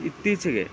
ಇತ್ತೀಚೆಗೆ